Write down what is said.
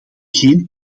geen